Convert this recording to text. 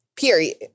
Period